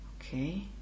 Okay